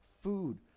food